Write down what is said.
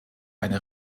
eine